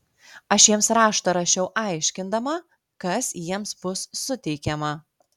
aš jiems raštą rašiau aiškindama kas jiems bus suteikiama